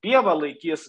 pievą laikys